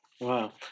Wow